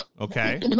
okay